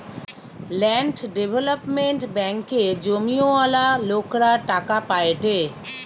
land development ব্যাঙ্কে জমিওয়ালা লোকরা টাকা পায়েটে